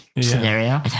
scenario